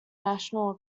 national